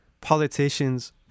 politicians